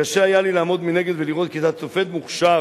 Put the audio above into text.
קשה היה לי לעמוד מנגד ולראות כיצד שופט מוכשר